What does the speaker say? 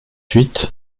huit